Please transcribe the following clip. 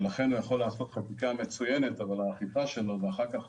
לכן אפשר לעשות חקיקה מצוינת אבל האכיפה ואחר כך